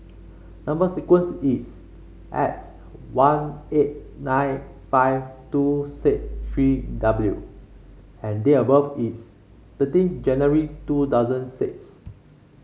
number sequence is S one eight nine five two six three W and date of birth is thirteen January two thousand six